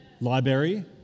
library